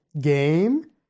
game